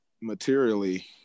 materially